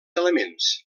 elements